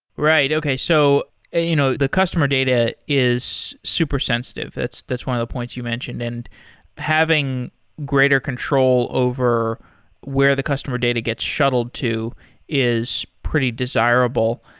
right. okay. so ah you know the customer data is super sensitive. that's that's one of the points you mentioned. and having greater control over where the customer data gets shuttled to is pretty desirable.